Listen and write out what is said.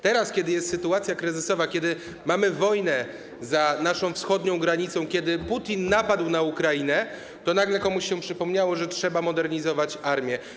Teraz kiedy jest sytuacja kryzysowa, kiedy za naszą wschodnią granicą mamy wojnę, kiedy Putin napadł na Ukrainę, to nagle komuś się przypomniało, że trzeba modernizować armię.